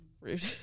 Rude